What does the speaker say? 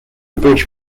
bridge